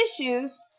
issues